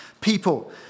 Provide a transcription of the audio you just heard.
people